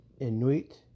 Inuit